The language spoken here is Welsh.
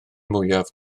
mwyaf